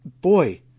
boy